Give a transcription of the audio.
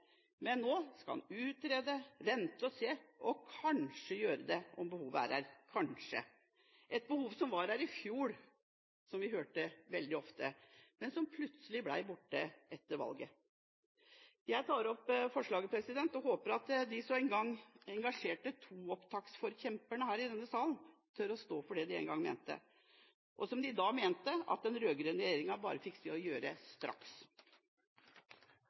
Men nå skal man utrede, vente og se, og kanskje gjøre det om behovet er der – et behov som var der i fjor, og som vi hørte om veldig ofte, men som plutselig ble borte etter valget. Jeg tar opp forslaget, og håper at de en gang så engasjerte toopptaksforkjemperne her i denne salen tør å stå for det de en gang mente, og som de da mente at den rød-grønne regjeringa bare fikk se å gjøre straks.